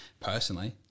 personally